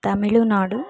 Tamil Nadu